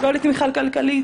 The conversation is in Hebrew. ולא תמיכה כלכלית.